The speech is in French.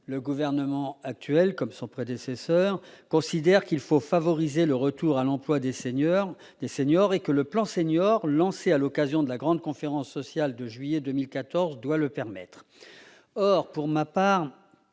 Le gouvernement actuel, comme le précédent, considère qu'il faut favoriser le retour à l'emploi des seniors, ce que doit permettre le plan senior, lancé à l'occasion de la grande conférence sociale de juillet 2014. Or, pour ma part,